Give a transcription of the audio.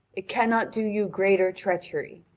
it cannot do you greater treachery.